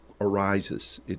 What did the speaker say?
arises